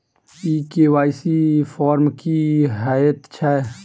ई KYC form की हएत छै?